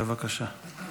בבקשה.